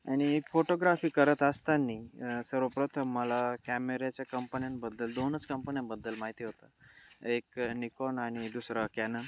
आणि एक फोटोग्राफी करत असताना सर्वप्रथम मला कॅमेऱ्याच्या कंपन्यांबद्दल दोनच कंपन्यांबद्दल माहिती होतं एक निकॉन आणि दुसरा कॅनन